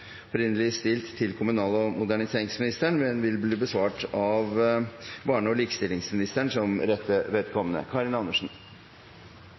til kommunal- og moderniseringsministeren, er overført til barne- og likestillingsministeren som rette